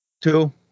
two